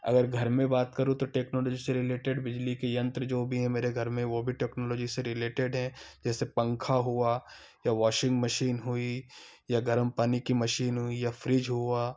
अगर घर में बात करूँ तो टेक्नोलॉजी से रिलेटेड बिजली की यंत्र जो भी हैं मेरे घर में वो भी टेक्नोलॉजी से रिलेटेड हैं जैसे पंखा हुआ या वाॅशिंग मशीन हुई या गरम पानी की मशीन हुई या फ्रिज हुआ